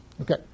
Okay